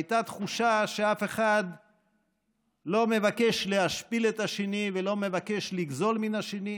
הייתה תחושה שאף אחד לא מבקש להשפיל את השני ולא מבקש לגזול מן השני,